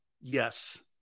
Yes